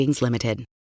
Limited